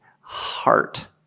heart